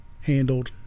handled